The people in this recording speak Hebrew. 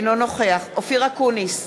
אינו נוכח אופיר אקוניס,